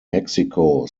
mexico